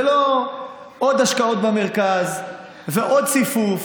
זה לא עוד השקעות במרכז ועוד ציפוף